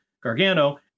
Gargano